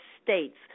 states